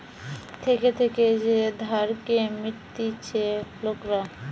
থেকে থেকে যে ধারকে মিটতিছে লোকরা